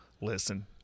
Listen